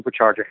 supercharger